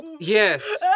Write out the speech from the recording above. Yes